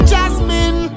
Jasmine